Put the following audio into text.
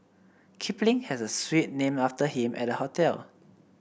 Kipling has a suite named after him at the hotel